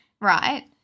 right